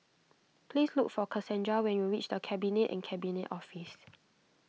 please look for Casandra when you reach the Cabinet at Cabinet Office